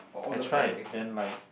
I tried then like